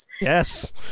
yes